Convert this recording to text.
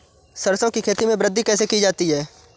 सरसो की खेती में वृद्धि कैसे की जाती है?